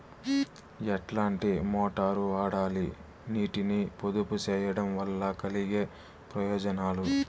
ఎట్లాంటి మోటారు వాడాలి, నీటిని పొదుపు సేయడం వల్ల కలిగే ప్రయోజనాలు?